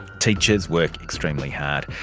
teachers work extremely hard!